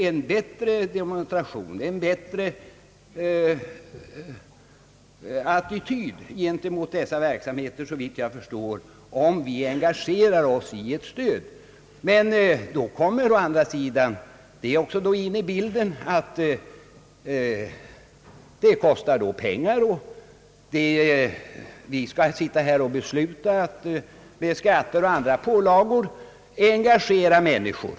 Engagerar vi oss i ett stöd är det, såvitt jag förstår, en bättre attityd i dessa sammanhang. Men då kommer å andra sidan också den faktorn in i bilden, att det kostar pengar. Vi skall här besluta att med skatter och andra pålagor engagera människor.